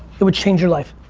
it would change your life,